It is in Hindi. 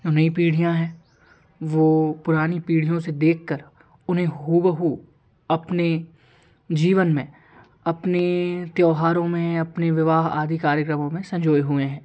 नई पीढ़ियाँ हैं वो पुरानी पीढ़ियों से देखकर उन्हें हूबहू अपने जीवन में अपने त्यौहारों में अपने विवाह आदि कार्यक्रमों में संजोए हुए हैं